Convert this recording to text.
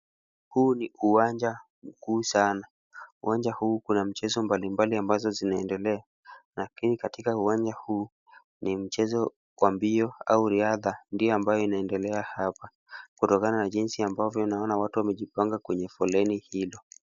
Huu ni uwanja mkuu sana. Uwanja huu uko na michezo mbalimbali ambazo zinaendelea lakini katika uwanja huu ni mchezo wa mbio au riadha ndio ambayo inaendelea hapa kutokana na jinsi ambavyo naona watu wamejipanga kwenye foleni hilo.